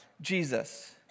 Jesus